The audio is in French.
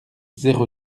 zéro